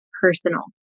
personal